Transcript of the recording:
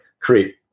create